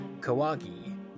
Kawagi